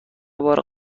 بار